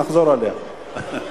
נחזור עליה.